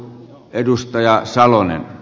edustaja salonen ne